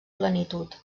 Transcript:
plenitud